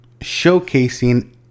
showcasing